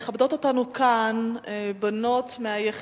מכבדות אותנו כאן בנות מ"הדסה" ערד,